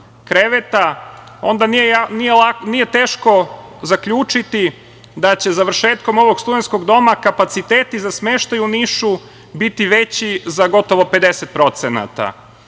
kreveta, onda nije teško zaključiti da će završetkom ovog studenskog doma, kapaciteti za smeštaj, u Nišu, biti veći za gotovo 50%.